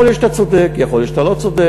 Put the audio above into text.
יכול להיות שאתה צודק, יכול להיות שאתה לא צודק.